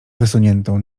wysuniętą